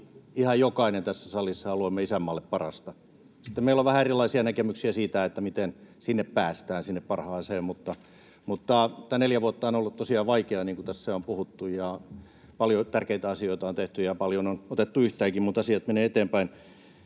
ihan jokainen tässä salissa, haluamme isänmaalle parasta. Sitten meillä on vähän erilaisia näkemyksiä siitä, miten sinne parhaaseen päästään. Nämä neljä vuotta ovat olleet tosiaan vaikeita, niin kuin tässä on puhuttu. Paljon tärkeitä asioita on tehty, ja paljon on otettu yhteenkin, mutta asiat menevät eteenpäin.